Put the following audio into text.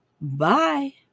Bye